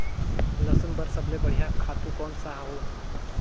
लसुन बार सबले बढ़िया खातु कोन सा हो?